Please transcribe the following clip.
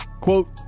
Quote